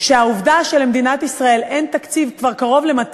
שהעובדה שלמדינת ישראל אין תקציב כבר קרוב ל-200